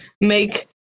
make